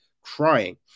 crying